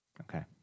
Okay